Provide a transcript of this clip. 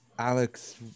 Alex